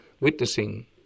witnessing